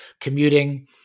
commuting